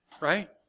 right